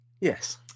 Yes